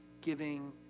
giving